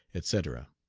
etc.